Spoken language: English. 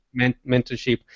mentorship